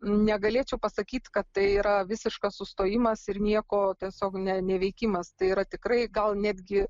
negalėčiau pasakyt kad tai yra visiškas sustojimas ir nieko tiesiog ne neveikimas tai yra tikrai gal netgi